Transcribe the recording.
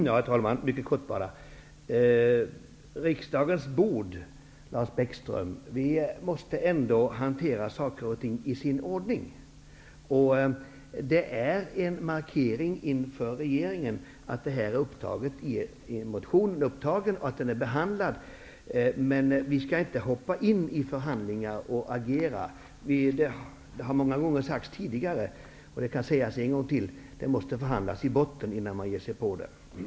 Herr talman! Helt kort. Riksdagens bord talas det om. Men vi måste, Lars Bäckström, hantera saker och ting i rätt ordning. Det är en markering inför regeringen att detta är upptaget i en motion som behandlats. Däremot skall vi inte gå in i förhandlingar och agera. Det har sagts många gånger tidigare, men det kan sägas en gång till, att det är nödvändigt med förhandlingar i botten. Sedan kan man ge sig på det hela.